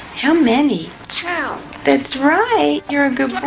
how many? two. that's right, you're a good